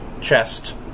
chest